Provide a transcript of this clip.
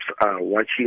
watching